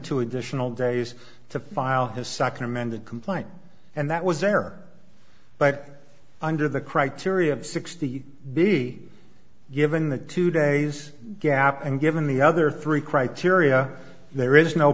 two additional days to file his second amended complaint and that was there but under the criteria of sixty be given the two days gap and given the other three criteria there is no